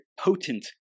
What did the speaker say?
potent